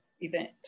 event